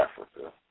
Africa